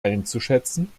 einzuschätzen